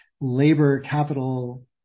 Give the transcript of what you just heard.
labor-capital